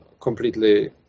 completely